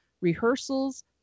rehearsals